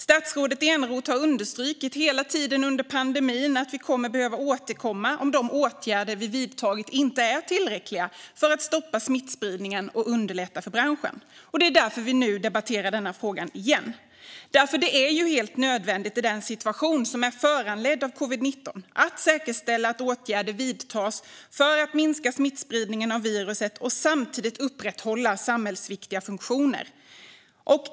Statsrådet Eneroth har hela tiden under pandemin understrukit att vi kommer att behöva återkomma om de åtgärder som vi har vidtagit inte är tillräckliga för att stoppa smittspridningen och underlätta för branschen. Det är därför som vi nu debatterar denna fråga igen. Det är helt nödvändigt i den situation som orsakas av covid-19 att säkerställa att åtgärder vidtas för att minska smittspridningen av viruset och samtidigt upprätthålla samhällsviktiga funktioner.